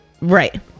right